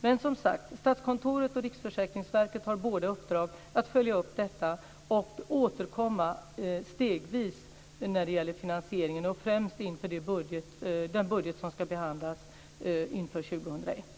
Men som sagt: Statskontoret och Riksförsäkringsverket har båda i uppdrag att följa upp detta och återkomma stegvis när det gäller finansieringen, främst inför den budget som ska behandlas inför 2001.